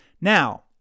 Now